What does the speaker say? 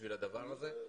בשביל הדבר הזה,